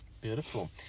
Beautiful